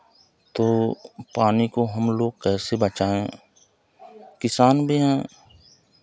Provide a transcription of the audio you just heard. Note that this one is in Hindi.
तो पानी को हमलोग कैसे बचाएं किसान भी हैं